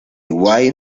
way